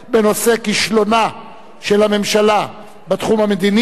בנושא: כישלונה של הממשלה בתחום המדיני,